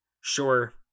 Sure